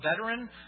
veteran